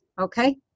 Okay